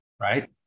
right